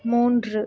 மூன்று